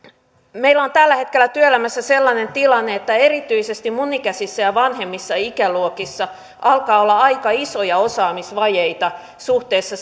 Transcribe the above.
meillä on tällä hetkellä työelämässä sellainen tilanne että erityisesti minun ikäisissäni ja vanhemmissa ikäluokissa alkaa olla aika isoja osaamisvajeita suhteessa